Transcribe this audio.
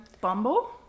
bumble